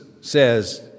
says